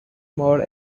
more